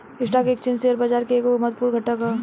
stock exchange share बाजार के एगो महत्वपूर्ण घटक ह